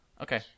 Okay